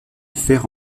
fère